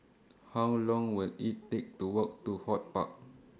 How Long Will IT Take to Walk to HortPark